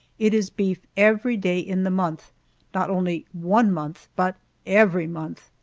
it is beef every day in the month not only one month, but every month.